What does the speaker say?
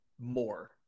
more